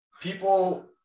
people